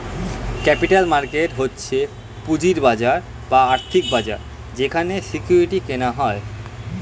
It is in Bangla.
ক্যাপিটাল মার্কেট হচ্ছে পুঁজির বাজার বা আর্থিক বাজার যেখানে সিকিউরিটি কেনা হয়